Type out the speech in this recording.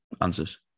answers